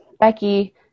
Becky